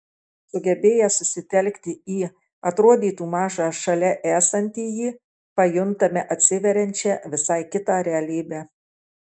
sugebėję susitelkti į atrodytų mažą šalia esantįjį pajuntame atsiveriančią visai kitą realybę